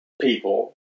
people